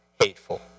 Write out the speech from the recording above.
hateful